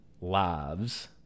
lives